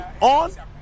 on